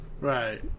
Right